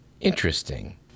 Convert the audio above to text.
Interesting